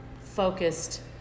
focused